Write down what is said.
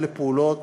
אלה פעולות